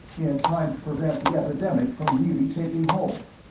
in time to prevent the epidemic from really taking hold.